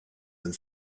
and